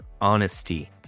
honesty